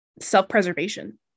self-preservation